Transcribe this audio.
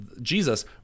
Jesus